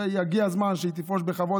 יגיע הזמן שהיא תפרוש בכבוד,